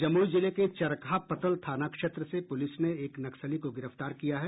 जमुई जिले के चरका पथल थाना क्षेत्र से पुलिस ने एक नक्सली को गिरफ्तार किया है